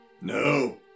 No